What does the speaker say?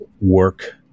work